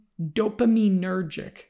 dopaminergic